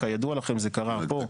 כידוע לכם זה קרה פה.